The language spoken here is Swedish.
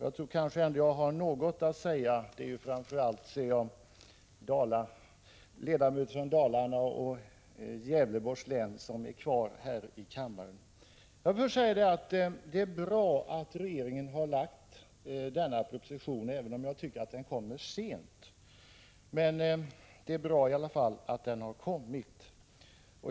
Jag tror därför att jag har något att säga dem — det är, ser jag, framför allt ledamöter från Dalarna och Gävleborgs län — som är kvar här i kammaren. Jag vill först säga att det är bra att regeringen har lagt fram denna proposition, även om jag tycker att den kommer sent. Det är i alla fall bra att den har kommit.